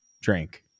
drink